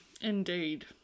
Indeed